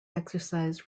exercise